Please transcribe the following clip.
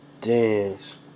dance